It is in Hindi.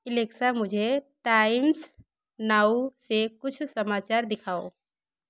एलेक्सा मुझे टाइम्स नाउ से कुछ समाचार दिखाओ